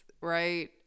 right